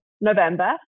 November